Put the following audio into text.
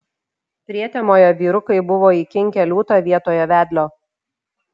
prietemoje vyrukai buvo įkinkę liūtą vietoje vedlio